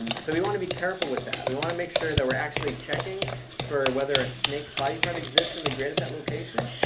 um so we want to be careful with that. we want to make sure that we're actually checking for whether a snake body part exists in the grid at that location.